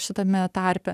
šitame tarpe